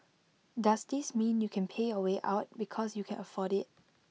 does this mean you can pay way out because you can afford IT